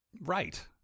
Right